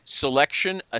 selection